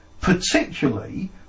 particularly